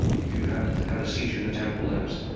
if you have have a seizure in the temporal lobes,